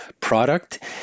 product